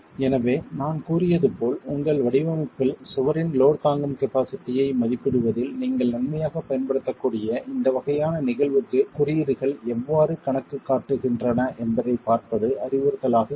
எனவே நான் கூறியது போல் உங்கள் வடிவமைப்பில் சுவரின் லோட் தாங்கும் கபாஸிட்டியை மதிப்பிடுவதில் நீங்கள் நன்மையாகப் பயன்படுத்தக்கூடிய இந்த வகையான நிகழ்வுக்கு குறியீடுகள் எவ்வாறு கணக்குக் காட்டுகின்றன என்பதைப் பார்ப்பது அறிவுறுத்தலாக இருக்கும்